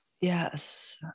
Yes